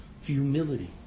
humility